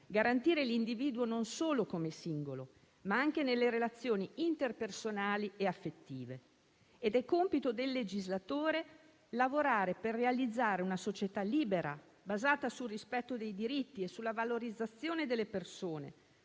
garantire l'individuo non solo come singolo ma anche nelle relazioni interpersonali e affettive ed è compito del legislatore lavorare per realizzare una società libera basata sul rispetto dei diritti e sulla valorizzazione delle persone,